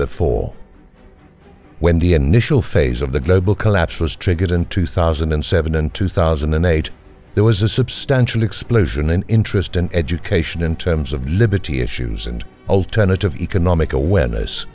before when the initial phase of the global collapse was triggered in two thousand and seven and two thousand and eight there was a substantial explosion an interest in education in terms of liberty issues and alternative economic awareness